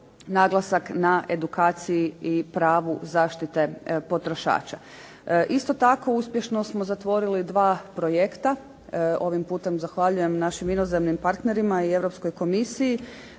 naglasak na edukaciji i pravu zaštite potrošača. Isto tako uspješno smo zatvorili dva projekta. Ovim putem zahvaljujem našim inozemnim partnerima i Europskoj Komisiji.